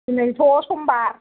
दिनैथ' समबार